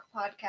podcast